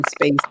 space